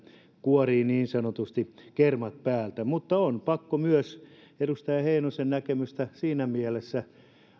kuorii niin sanotusti kermat päältä mutta on pakko myös edustaja heinosen näkemystä siinä mielessä